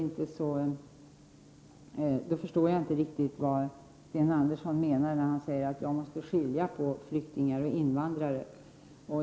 Jag förstår inte riktigt vad Sten Andersson menar när han säger att jag måste skilja på flyktingar och invandrare.